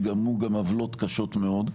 וגרמו גם עוולות קשות מאוד.